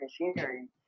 machinery